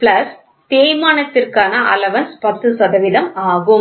plus தேய்மானத்திற்கான allowance 10 சதவிகிதம் ஆகும்